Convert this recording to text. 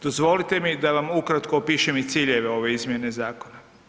Dozvolite mi da vam ukratko opišem i ciljeve ove izmjene zakona.